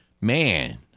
Man